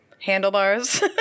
handlebars